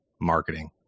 Marketing